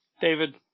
David